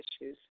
issues